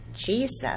Jesus